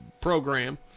program